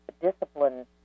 discipline